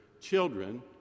children